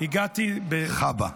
חבה.